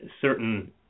certain